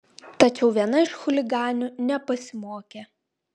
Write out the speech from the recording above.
tačiau viena iš chuliganių nepasimokė